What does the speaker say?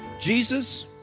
Jesus